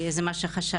זה מה שחשבתי.